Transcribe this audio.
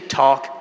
talk